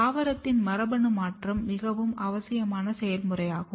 தாவரத்தின் மரபணு மாற்றம் மிகவும் அவசியமான செயல்முறையாகும்